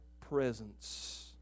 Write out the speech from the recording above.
presence